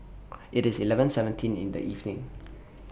IT IS eleven seventeen in The evening